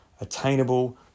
Attainable